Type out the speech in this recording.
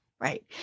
Right